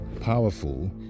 powerful